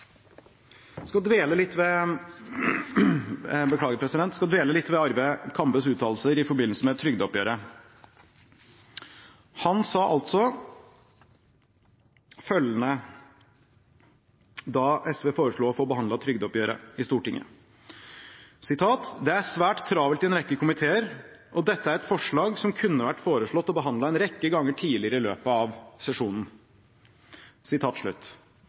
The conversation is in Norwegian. skal dvele litt ved Arve Kambes uttalelser i forbindelse med trygdeoppgjøret. Han sa altså følgende da SV foreslo å få behandlet trygdeoppgjøret i Stortinget: «Det er svært travelt i en rekke komiteer, og dette er et forslag som kunne vært foreslått og behandlet en rekke ganger tidligere i løpet av sesjonen.»